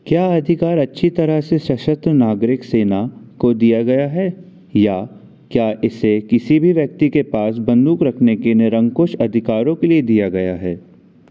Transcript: क्या अधिकार अच्छी तरह से सशस्त्र नागरिक सेना को दिए गया है या क्या इसे किसी भी व्यक्ति के पास बंदूक रखने के निरंकुश अधिकारों के लिए दिया गया है